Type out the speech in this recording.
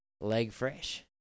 leg-fresh